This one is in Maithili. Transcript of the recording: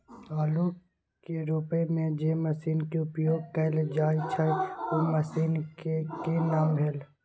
आलू के रोपय में जे मसीन के उपयोग कैल जाय छै उ मसीन के की नाम भेल?